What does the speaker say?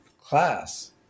class